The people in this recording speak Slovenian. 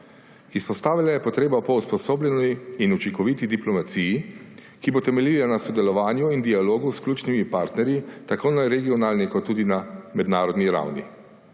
Izpostavila je potrebo po usposobljeni in učinkoviti diplomaciji, ki bo temeljila na sodelovanju in dialogu s ključnimi partnerji tako na regionalni kot tudi na mednarodni ravni.